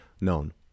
known